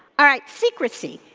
all right, secrecy.